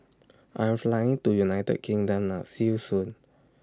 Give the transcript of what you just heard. I Am Flying to United Kingdom now See YOU Soon